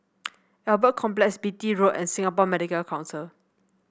Albert Complex Beatty Road and Singapore Medical Council